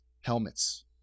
helmets